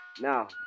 Now